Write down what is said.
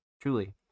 truly